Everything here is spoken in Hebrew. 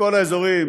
מכל האזורים,